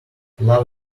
love